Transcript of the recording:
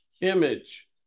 image